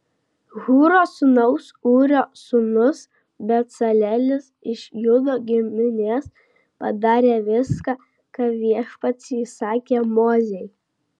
hūro sūnaus ūrio sūnus becalelis iš judo giminės padarė viską ką viešpats įsakė mozei